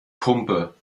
pumpe